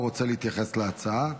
הוא רוצה להתייחס להצעה.